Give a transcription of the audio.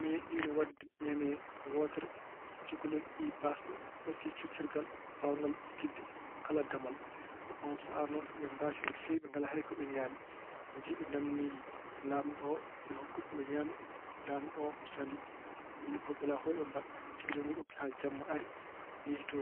Meeɗiino waɗde ñande wootere cukalel ɓiyi baasɗo hocci coktirgal baawngal uddide kala damal. Oɗoo sahaa noon, aɓe mbaasi no feewi, ɓe ngalaa hay ko ɓe ñaami. Mi njehi ɓe naamnoyii laamɗo o yo hokku ɓe ko ɓe ñaami. Laamɗo o salii, wiy ko ɓe mbela fof yo ɓe mbaɗ. Cukalel ngel woppi haa jamma ari yehi to